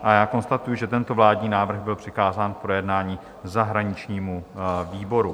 A já konstatuji, že tento vládní návrh byl přikázán k projednání zahraničnímu výboru.